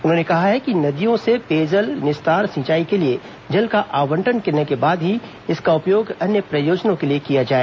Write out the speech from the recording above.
उन्होंने कहा है कि नदियों से पेयजल निस्तार सिंचाई के लिए जल का आवंटन करने के बाद ही इसका उपयोग अन्य प्रयोजन के लिए किया जाए